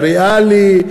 ריאלי.